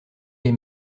lès